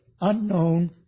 unknown